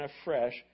afresh